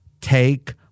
take